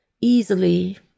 easily